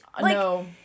No